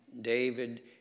David